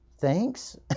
thanks